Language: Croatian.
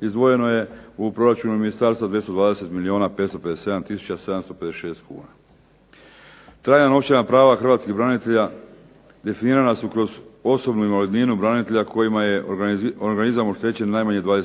izdvojeno je u proračunu ministarstva 220 milijuna 557 tisuća 756 kuna. Trajna novčana prava hrvatskih branitelja definirana su kroz osobnu invalidninu branitelja kojima je organizam oštećen najmanje 20%.